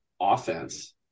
offense